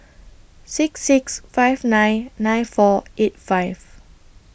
six six five nine nine four eight five